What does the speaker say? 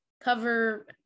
cover